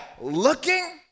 looking